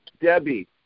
Debbie